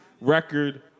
record